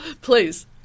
please